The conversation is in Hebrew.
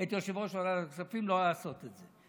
את יושב-ראש ועדת הכספים לא לעשות את זה.